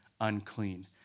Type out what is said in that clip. unclean